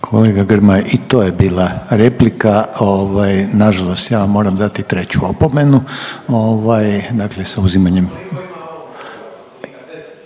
Kolega Grmoja i to je bila replika ovaj nažalost ja vam moram dati treću opomenu ovaj dakle sa uzimanjem